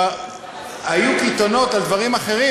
היו קיתונות על דברים אחרים,